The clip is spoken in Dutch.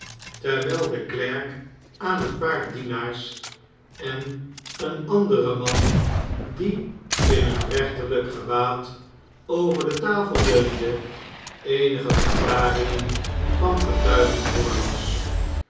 terwijl de klerk aan een paar dienaars en een anderen man die in een rechterlijk gewaad over eene tafel leunde eenige verklaringen van getuigen voorlas